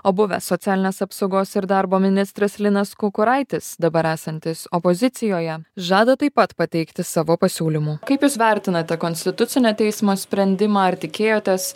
o buvęs socialinės apsaugos ir darbo ministras linas kukuraitis dabar esantis opozicijoje žada taip pat pateikti savo pasiūlymų kaip jūs vertinate konstitucinio teismo sprendimą ar tikėjotės